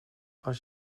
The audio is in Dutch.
als